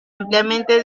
ampliamente